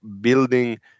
building